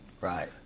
Right